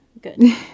good